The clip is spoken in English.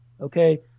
Okay